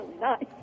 nice